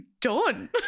done